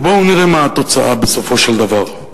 ובואו נראה מה התוצאה בסופו של דבר,